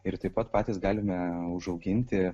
ir taip pat patys galime užauginti